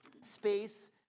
space